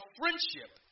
friendship